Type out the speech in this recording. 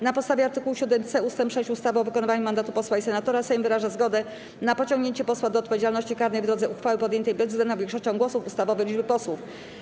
Na podstawie art. 7c ust. 6 ustawy o wykonywaniu mandatu posła i senatora Sejm wyraża zgodę na pociągnięcie posła do odpowiedzialności karnej w drodze uchwały podjętej bezwzględną większością głosów ustawowej liczb posłów.